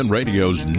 Radio's